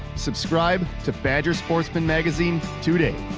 subscribe to badger sportsman magazine today!